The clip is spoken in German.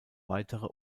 weitere